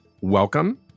welcome